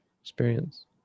experience